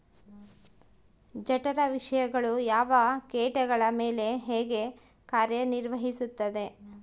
ಜಠರ ವಿಷಯಗಳು ಯಾವ ಕೇಟಗಳ ಮೇಲೆ ಹೇಗೆ ಕಾರ್ಯ ನಿರ್ವಹಿಸುತ್ತದೆ?